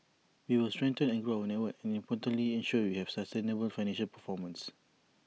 we will strengthen and grow our network and importantly ensure we have A sustainable financial performance